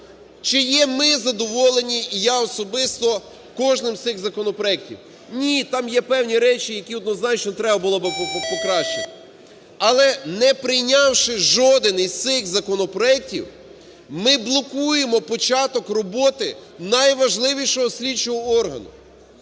Чи є ми задоволені і я особисто кожним з цих законопроектів? Ні. Там є певні речі, які, однозначно, треба було б покращити. Але, не прийнявши жоден з цих законопроектів, ми блокуємо початок роботи найважливішого слідчого органу.